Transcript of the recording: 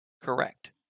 Correct